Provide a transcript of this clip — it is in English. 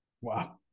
Wow